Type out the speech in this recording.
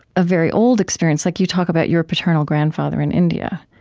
a very old experience. like you talk about your paternal grandfather in india.